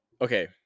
okay